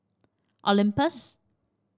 Olympus